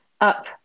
up